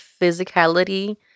physicality